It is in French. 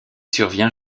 survient